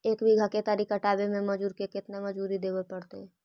एक बिघा केतारी कटबाबे में मजुर के केतना मजुरि देबे पड़तै?